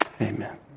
Amen